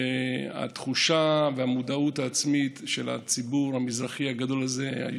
והתחושה והמודעות העצמית של הציבור המזרחי הגדול הזה היו,